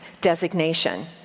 designation